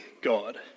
God